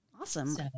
awesome